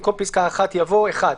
במקום פסקה (1) יבוא: "(1)